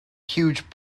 huge